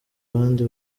abandi